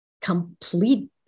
complete